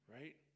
right